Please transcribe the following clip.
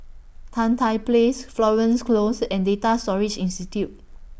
Tan Tye Place Florence Close and Data Storage Institute